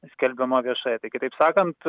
skelbiama viešai tai kitaip sakant